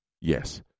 Yes